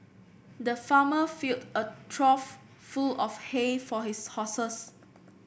the farmer filled a trough full of hay for his horses